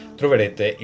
troverete